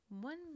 one